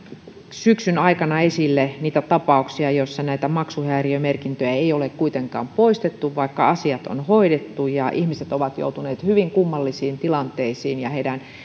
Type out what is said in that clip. syksyn aikana esille tapauksia joissa maksuhäiriömerkintöjä ei ole kuitenkaan poistettu vaikka asiat on hoidettu ja ihmiset ovat joutuneet hyvin kummallisiin tilanteisiin ja heidän